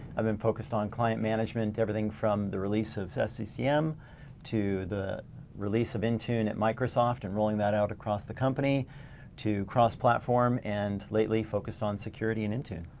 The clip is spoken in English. i've been focused on client management, everything from the release of sccm to the release of intune at microsoft and rolling that out across the company to cross platform and lately focused on security in intune.